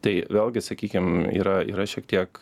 tai vėlgi sakykim yra yra šiek tiek